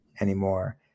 anymore